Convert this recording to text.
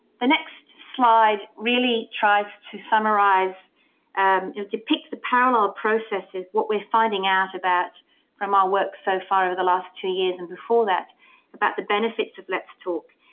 the next slide really tries to summarise, and it depicts the parallel processes, what we're finding out about from our work so far over the last two years, and before that about the benefits of let's talk.